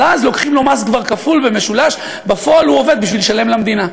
אבל אז לוקחים לו מס כפול ומשולש ובפועל הוא עובד בשביל לשלם למדינה.